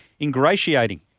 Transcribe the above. ingratiating